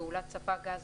פעולת ספק גז",